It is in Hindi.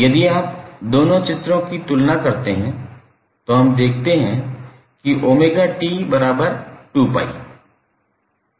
यदि आप दोनों चित्रों की तुलना करते हैं तो हम देखते हैं कि 𝜔𝑇2𝜋 the